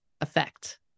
effect